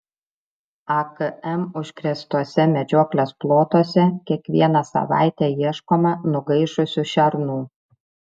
akm užkrėstuose medžioklės plotuose kiekvieną savaitę ieškoma nugaišusių šernų